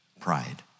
pride